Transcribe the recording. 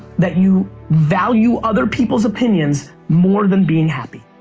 that you value other people's opinions more than being happy.